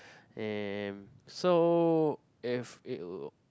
um so if it